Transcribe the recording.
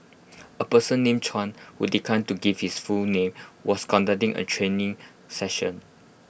A person named Chuan who declined to give his full name was conducting A training session